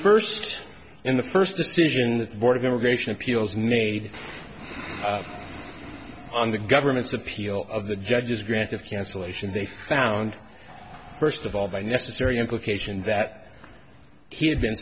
first in the first decision board of immigration appeals made on the government's appeal of the judges granted cancelation they found first of all by necessary implication that he had been